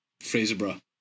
Fraserburgh